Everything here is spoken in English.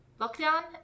lockdown